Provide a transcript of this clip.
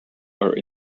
are